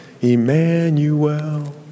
Emmanuel